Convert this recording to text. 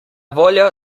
voljo